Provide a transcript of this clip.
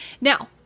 Now